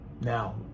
Now